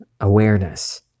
awareness